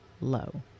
low